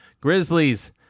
Grizzlies